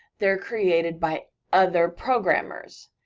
they're created by other programmers,